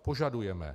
Požadujeme.